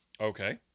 Okay